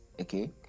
okay